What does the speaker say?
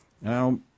Now